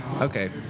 Okay